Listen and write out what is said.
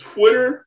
Twitter